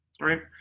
right